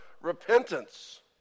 repentance